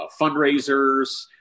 fundraisers